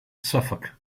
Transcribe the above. suffolk